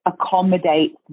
accommodates